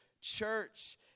church